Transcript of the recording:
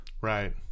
right